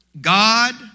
God